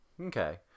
okay